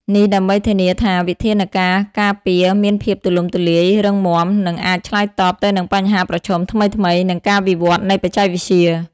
នេះដើម្បីធានាថាវិធានការការពារមានភាពទូលំទូលាយ រឹងមាំ និងអាចឆ្លើយតបទៅនឹងបញ្ហាប្រឈមថ្មីៗ និងការវិវត្តន៍នៃបច្ចេកវិទ្យា។